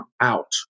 out